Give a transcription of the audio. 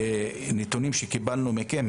ונתונים שקיבלנו מכם,